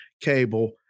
cable